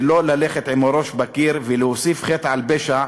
ולא ללכת עם ראש בקיר ולהוסיף חטא על פשע,